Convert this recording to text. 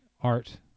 Art